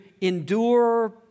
endure